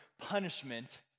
punishment